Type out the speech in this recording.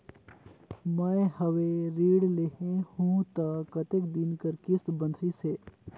मैं हवे ऋण लेहे हों त कतेक दिन कर किस्त बंधाइस हे?